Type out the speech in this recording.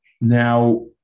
Now